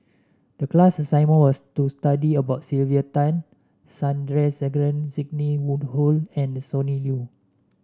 the class assignment was to study about Sylvia Tan Sandrasegaran Sidney Woodhull and Sonny Liew